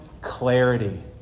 clarity